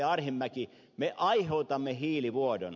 arhinmäki me aiheutamme hiilivuodon